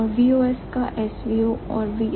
और VOS का SVO और VSO